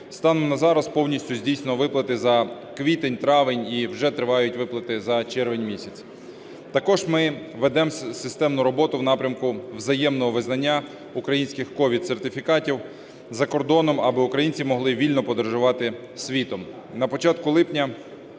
Станом на зараз повністю здійснено виплати за квітень-травень і вже тривають виплати за червень місяць. Також ми ведемо системну роботу в напрямку взаємного визнання українських СOVID-сертифікатів за кордоном, аби українці могли вільно подорожувати світом.